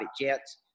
jets